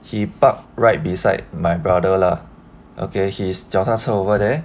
he parked right beside my brother lah okay his 脚踏车 over there